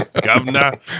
Governor